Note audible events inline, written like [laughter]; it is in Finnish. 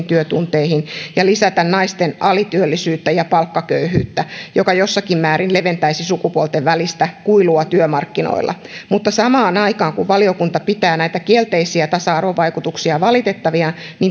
[unintelligible] työtunteihin ja lisätä naisten alityöllisyyttä ja palkkaköyhyyttä joka jossakin määrin leventäisi sukupuolten välistä kuilua työmarkkinoilla mutta samaan aikaan kun valiokunta pitää näitä kielteisiä tasa arvovaikutuksia valitettavina